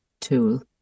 tool